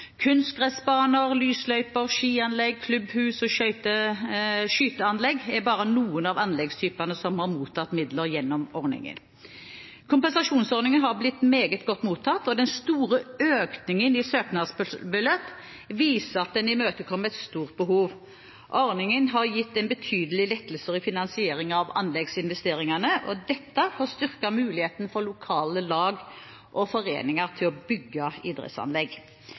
Kunstgressbaner, lysløyper, skianlegg, klubbhus og skyteanlegg er bare noen av anleggstypene som har mottatt midler gjennom ordningen. Kompensasjonsordningen har blitt meget godt mottatt, og den store økningen i søknadsbeløp viser at den imøtekommer et stort behov. Ordningen har gitt en betydelig lettelse i finansieringen av anleggsinvesteringer. Dette har styrket muligheten for lokale lag og foreninger til å bygge idrettsanlegg.